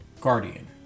Guardian